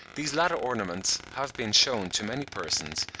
these latter ornaments have been shewn to many persons,